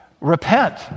repent